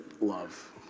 love